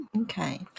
Okay